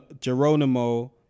Geronimo